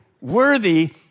worthy